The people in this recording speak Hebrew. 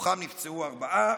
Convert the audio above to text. מתוכם נפצעו ארבעה.